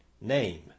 Name